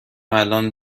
الان